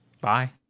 Bye